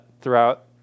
throughout